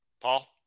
Paul